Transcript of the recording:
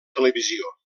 televisió